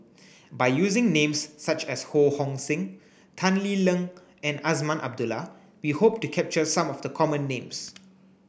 by using names such as Ho Hong Sing Tan Lee Leng and Azman Abdullah we hope to capture some of the common names